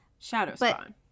Shadowspawn